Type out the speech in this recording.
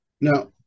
Now